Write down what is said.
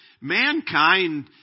mankind